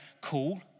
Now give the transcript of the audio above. cool